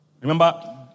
Remember